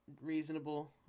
reasonable